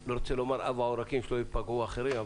אני לא רוצה להגיד אב העורקים כדי שלא יפגעו האחרים,